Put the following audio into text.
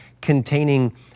containing